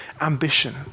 ambition